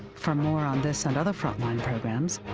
for more on this and other frontline programs,